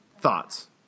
Thoughts